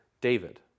david